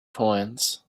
coins